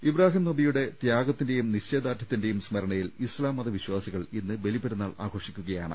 ഇബ്രാഹിം നബിയുടെ ത്യാഗത്തിന്റെയും നിശ്ചയ ദാർഢ്യ ത്തിന്റെയും സ്മരണയിൽ ഇസ്ലാംമത വിശ്ചാസികൾ ഇന്ന് ബലിപെരുന്നാൾ ആഘോഷിക്കുകയാണ്